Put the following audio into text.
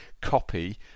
copy